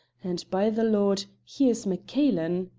and by the lord! here's maccailen!